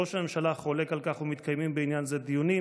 ראש הממשלה חולק על כך ומתקיימים בעניין זה דיונים.